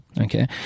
okay